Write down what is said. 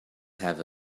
have